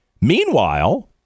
Meanwhile